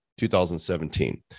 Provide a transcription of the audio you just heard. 2017